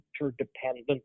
interdependent